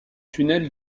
tunnel